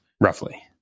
roughly